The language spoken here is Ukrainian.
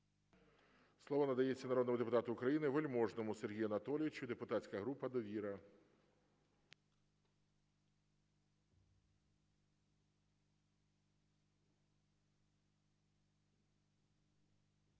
Слово надається народному депутату України Вельможному Сергію Анатолійовичу, депутатська група "Довіра".